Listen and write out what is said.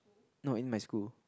no in my school